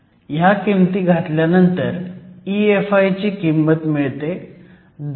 ह्या किमती घातल्यानंतर EFi ची किंमत मिळते 10